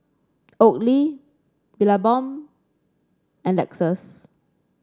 Oakley Billabong and Lexus